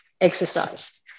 exercise